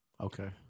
Okay